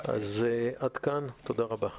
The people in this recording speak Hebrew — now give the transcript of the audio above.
עד כאן, תודה רבה.